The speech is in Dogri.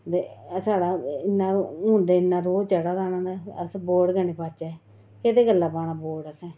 ते साढ़ा इन्ना हून ते इन्ना रोह् चढ़ा दा ना ते अस वोट गै निं पाह्चै केह्दे गल्लां पाना वोट असें